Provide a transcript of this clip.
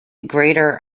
greater